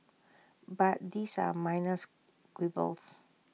but these are minor quibbles